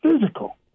physical